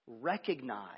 recognize